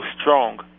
strong